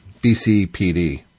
BCPD